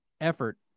effort